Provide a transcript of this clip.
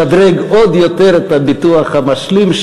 לשדרג עוד יותר את הביטוח המשלים,